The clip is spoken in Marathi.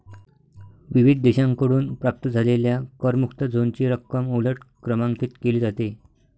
विविध देशांकडून प्राप्त झालेल्या करमुक्त झोनची रक्कम उलट क्रमांकित केली जाते